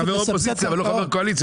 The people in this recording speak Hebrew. הייתי חבר אופוזיציה ולא חבר קואליציה;